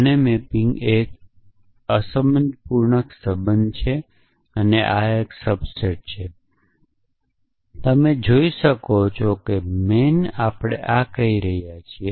આનો મેપિંગ એ એક અસંબંધપૂર્ણ સંબંધ છે આ એક સબસેટ છે તમે જોઈ શકો છો મેન આપણે આ કહી રહ્યા છીએ